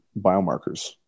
biomarkers